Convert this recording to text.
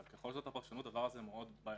אבל ככל שזאת הפרשנות הדבר הזה מאוד בעייתי.